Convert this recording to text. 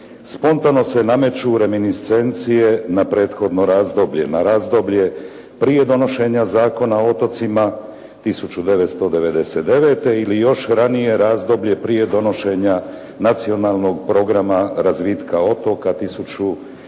spontano se nameću reminiscencije na prethodno razdoblje, na razdoblje prije donošenja Zakona o otocima 1999. ili još ranije razdoblje, prije donošenja Nacionalnog programa razvitka otoka 1997.